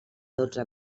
dotze